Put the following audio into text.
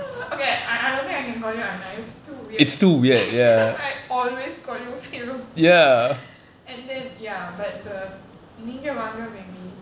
okay I I don't think I can call you அண்ணா:anna it's too weird cause I always call you feroz and then ya but the நீங்கவாங்க:neenka vaanka maybe